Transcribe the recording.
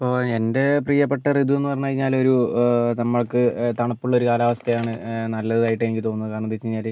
ഇപ്പോൾ എൻ്റെ പ്രിയപ്പെട്ട ഋതുവെന്ന് പറഞ്ഞ് കഴിഞ്ഞാൽ ഒരു നമുക്ക് തണുപ്പുള്ള ഒരു കാലാവസ്ഥയാണ് നല്ലതായിട്ട് എനിക്ക് തോന്നുന്നത് കാരണം എന്താണെന്ന് വെച്ച് കഴിഞ്ഞാൽ